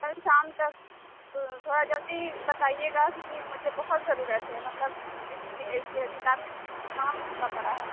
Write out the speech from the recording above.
کل شام تک تو تھوڑا جلدی بتائیے گا کیونکہ مجھے بہت ضرورت ہے مطلب اس کی اس کتاب کی کام رکا پڑا ہے